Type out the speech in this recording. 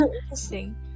interesting